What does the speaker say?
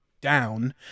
down